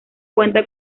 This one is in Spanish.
cuenta